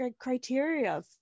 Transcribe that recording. criteria